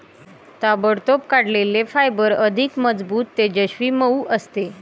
ताबडतोब काढलेले फायबर अधिक मजबूत, तेजस्वी, मऊ असते